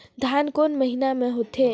धान कोन महीना मे होथे?